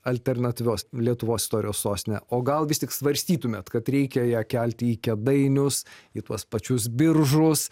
alternatyvios lietuvos istorijos sostinė o gal vis tik svarstytumėt kad reikia ją kelti į kėdainius į tuos pačius biržus